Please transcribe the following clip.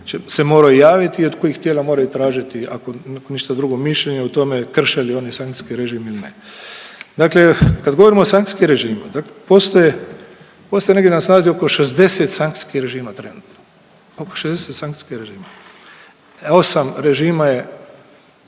se moraju javiti i od kojih tijela moraju tražiti ako ništa drugo mišljenje o tome krše li oni sankcijski režim ili ne. Dakle, kad govorimo o sankcijskom režimu postoje, postoje negdje na snazi oko 60 sankcijskih režima trenutno, oko 60 sankcijskih režima. 8 režima je